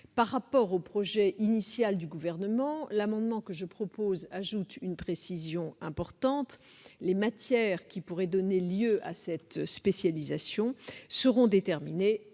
Par rapport au projet initial du Gouvernement, l'amendement que je défends ajoute une précision importante : les matières qui pourraient donner lieu à cette spécialisation seront déterminées